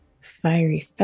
fiery